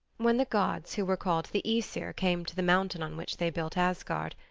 when the gods who were called the aesir came to the mountain on which they built asgard,